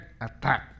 attack